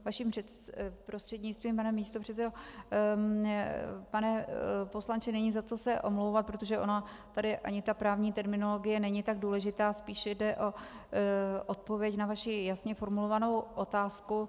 Vaším prostřednictvím, pane místopředsedo, pane poslanče, není za co se omlouvat, protože ona tady ani právní terminologie není tak důležitá, spíše jde o odpověď na vaši jasně formulovanou otázku.